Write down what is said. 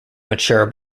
mature